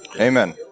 Amen